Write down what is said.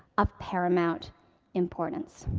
of paramount importance.